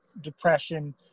depression